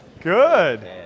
Good